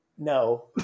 no